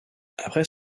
après